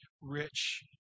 rich